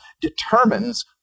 determines